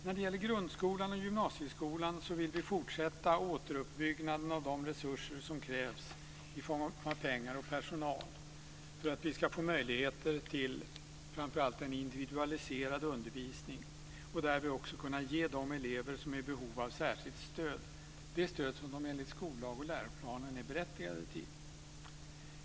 När det gäller grundskolan och gymnasieskolan vill vi fortsätta återuppbyggnaden av de resurser som krävs i form av pengar och personal för att vi ska få möjligheter till framför allt en individualiserad undervisning där vi också ska kunna ge de elever som är i behov av särskilt stöd det stöd som de enligt skollag och läroplan är berättigade till.